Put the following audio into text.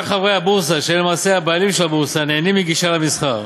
רק חברי הבורסה שהם למעשה הבעלים של הבורסה נהנים מגישה למסחר.